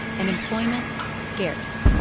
and employment, scarce.